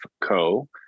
Co